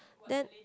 then